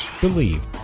believe